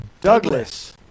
Douglas